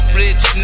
rich